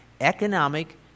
economic